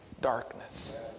darkness